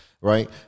right